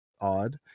odd